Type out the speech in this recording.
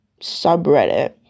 subreddit